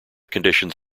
conditions